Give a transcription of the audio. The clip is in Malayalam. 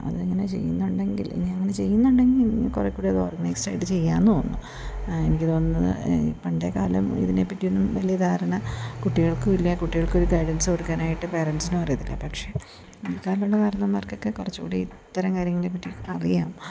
അത് അങ്ങനെ ചെയ്യുന്നുണ്ടെങ്കിൽ ഇനി അങ്ങനെ ചെയ്യുന്നുണ്ടെങ്കിൽ ഇനി കുറേക്കൂടി അത് ഓർഗനൈസ്ഡ് ആയിട്ട് ചെയ്യാമെന്നു തോന്നുന്നു എനിക്ക് തോന്നുന്നത് പണ്ടത്തെക്കാലം ഇതിനെപ്പറ്റിയൊന്നും വലിയ ധാരണ കുട്ടികൾക്കും ഇല്ല കുട്ടികൾക്കൊരു ഗൈഡൻസ് കൊടുക്കാനായിട്ട് പേരൻ്റ്സിനും അറിയത്തില്ല പക്ഷെ ഈ കാലത്തുള്ള കാരണവന്മാർക്കൊക്കെ കുറച്ചുകൂടി ഇത്തരം കാര്യങ്ങളെപ്പറ്റി അറിയാം